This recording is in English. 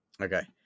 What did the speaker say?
Okay